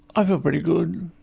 i feel pretty good.